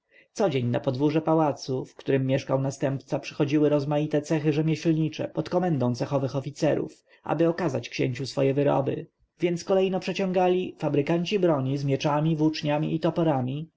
codzień na podwórze pałacu w którym mieszkał następca przychodziły rozmaite cechy rzemieślnicze pod komendą cechowych oficerów ażeby okazać księciu swoje wyroby więc kolejno przeciągali fabrykanci broni z mieczami włóczniami i toporami